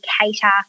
cater